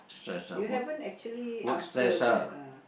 you haven't actually answered that ah